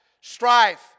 strife